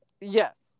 Yes